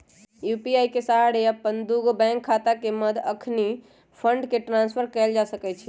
UPI के सहारे अप्पन दुगो बैंक खता के मध्य अखनी फंड के ट्रांसफर कएल जा सकैछइ